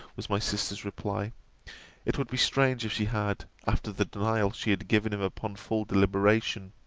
was my sister's reply it would be strange if she had, after the denial she had given him upon full deliberation.